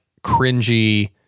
cringy